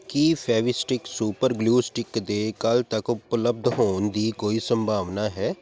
ਕੀ Fevistik super glue stick ਦੇ ਕੱਲ੍ਹ ਤੱਕ ਉਪਲੱਬਧ ਹੋਣ ਦੀ ਕੋਈ ਸੰਭਾਵਨਾ ਹੈ